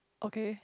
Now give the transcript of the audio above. okay